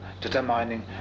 determining